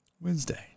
Wednesday